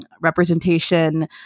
representation